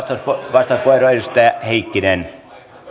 vastauspuheenvuoro edustaja heikkinen